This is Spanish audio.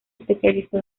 especializó